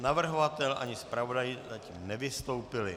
Navrhovatel ani zpravodaj zatím nevystoupili.